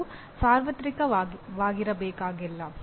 ಅವು ಸಾರ್ವತ್ರಿಕವಾಗಿರಬೇಕಾಗಿಲ್ಲ